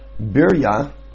Birya